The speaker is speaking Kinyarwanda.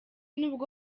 nubwo